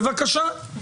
נצביע על הסתייגות 191 .